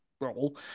role